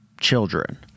children